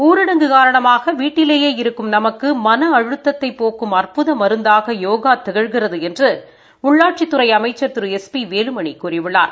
ஊரடங்கு காரணமாக வீட்டிலேயே இருக்கும் நமக்கு மன அழுத்தத்தை போக்கும் அற்புத மருந்தாக யோகா திகழ்கிறது என்று உள்ளாட்சித்துறை அமைக்கா் திரு எஸ் பி வேலுமணி கூறியுள்ளார்